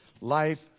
Life